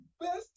best